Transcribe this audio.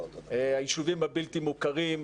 היישובים הבלתי מוכרים.